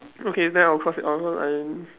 okay then I'll cross it off cause I